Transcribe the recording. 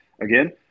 again